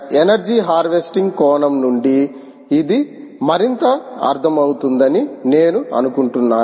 energy harvesting కోణం నుండి ఇది మరింత అర్ధమవుతుందని నేను అనుకుంటున్నాను